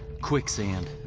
quicksand.